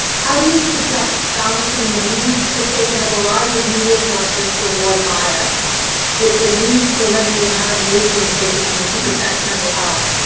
how do you suggest balancing the need to take in a variety of media sources to avoid bias with the need to a limit the amount of news being taken in to protect mental health?